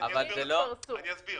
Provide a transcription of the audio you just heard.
אני אסביר.